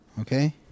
Okay